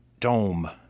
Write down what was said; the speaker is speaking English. dome